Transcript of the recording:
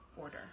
order